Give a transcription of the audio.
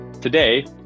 Today